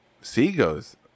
seagulls